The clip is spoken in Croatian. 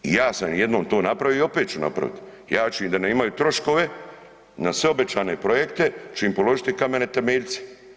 Ja sam jednom to napravio i opet ću napravit, ja ću im da ne imaju troškove na sve obećane projekte ću im položiti kamene temeljce.